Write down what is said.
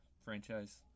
franchise